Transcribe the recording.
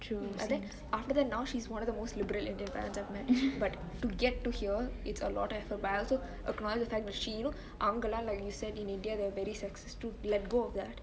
I think after that now she is one of the most liberal parents I've met but to get to here it's a lot but I also acknowledge when she know அவங்கலா:avunggelaa like you said in india they are very sexist too